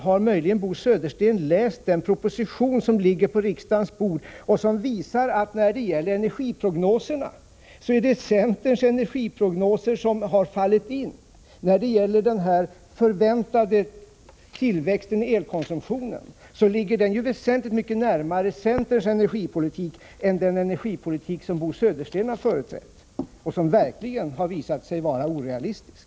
Har möjligen Bo Södersten läst den energiproposition som ligger på riksdagens bord och som visar att det är centerns energiprognoser som har haft den bästa förankringen i verkligheten! Den förväntade tillväxten av elkonsumtionen ligger exempelvis mycket närmare det som har antagits i centerns energipolitik än i den som Bo Södersten har företrätt och som verkligen har visat sig vara orealistisk.